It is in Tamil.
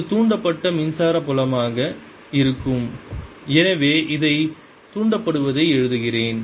இது தூண்டப்பட்ட மின்சார புலமாக இருக்கும் எனவே இதை தூண்டுவதை எழுதுகிறேன்